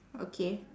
okay